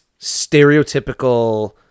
stereotypical